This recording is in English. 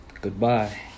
Goodbye